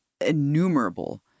innumerable